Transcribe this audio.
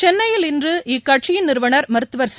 சென்னையில் இன்று இக்கட்சியின் நிறுவனா் மருத்துவா் ச